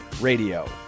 Radio